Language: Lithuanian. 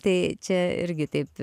tai čia irgi taip